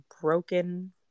broken